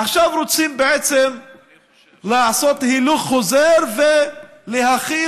עכשיו רוצים בעצם לעשות הילוך חוזר ולהחיל